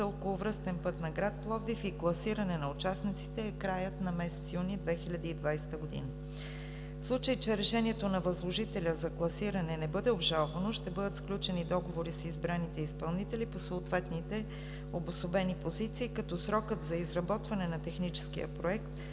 за околовръстен път на град Пловдив и класиране на участниците е краят на месец юни 2020 г. В случай че решението на възложителя за класиране не бъде обжалвано, ще бъдат сключени договори с избраните изпълнители по съответните обособени позиции, като срокът за изработване на техническия проект